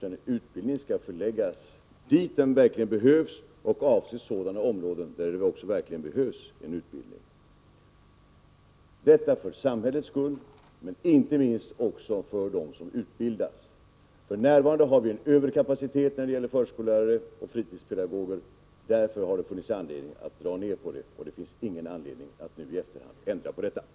En utbildning skall förläggas dit där den verkligen behövs och avse sådana områden där det också behövs en utbildning — detta för samhällets skull men inte minst också för dem som utbildas. För närvarande har vi en överkapacitet när det gäller förskollärare och fritidspedagoger, och därför har det funnits anledning att dra ned på den utbildningen. Det finns ingen anledning att nu i efterhand ändra detta beslut.